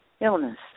illness